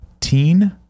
Teen